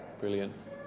Brilliant